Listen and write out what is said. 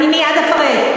אני מייד אפרט.